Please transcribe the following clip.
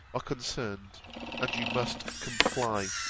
are concerned and you must comply.